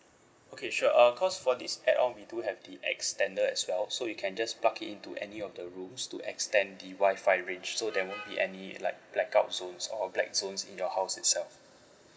okay sure uh because for this add on we do have the extender as well so you can just plug it into any of the rooms to extend the wifi range so there won't be any like blackout zone or black zone in your house itself